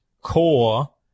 core